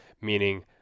meaning